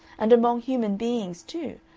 and among human beings, too,